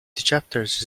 chapters